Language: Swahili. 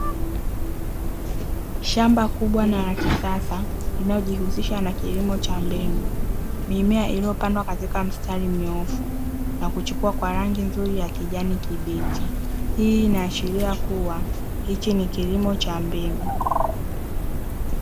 Shamba kubwa na la kisasa linalojihusisha na kilimo cha mbegu, mimea uliyopandwa katika mstari mnyoofu na kuchipua kwa rangi nzuri ya kijani kibichi. Hii inaashiria kuwa hiki ni kilimo cha mbegu.